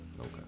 Okay